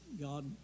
God